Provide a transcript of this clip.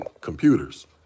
Computers